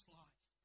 life